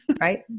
right